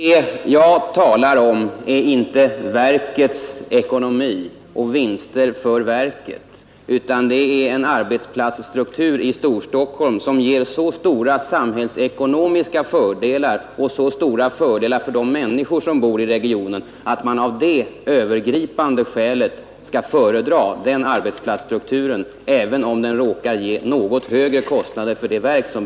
Herr talman! Det jag talar om är inte verkets ekonomi eller rationaliseringsvinster för verket, utan det är om en arbetsplatsstruktur i Storstockholm som ger så stora samhällsekonomiska fördelar och så stora fördelar för de människor som bor i regionen att man av det övergripande skälet måste föredra denna arbetsplatsstruktur, även om den råkar ge något högre kostnader för verket.